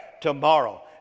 tomorrow